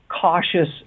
cautious